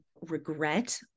regret